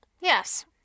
Yes